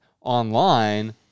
online